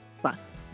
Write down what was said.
plus